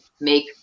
make